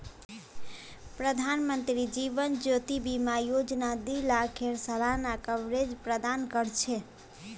प्रधानमंत्री जीवन ज्योति बीमा योजना दी लाखेर सालाना कवरेज प्रदान कर छे